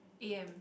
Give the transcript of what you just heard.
a_m